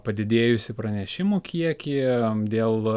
padidėjusį pranešimų kiekį dėl